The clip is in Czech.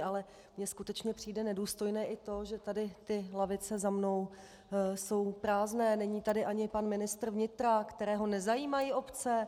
Ale mně skutečně přijde nedůstojné i to, že tady ty lavice za mnou jsou prázdné, není tady ani pan ministr vnitra, kterého nezajímají obce?